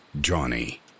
Johnny